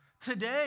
Today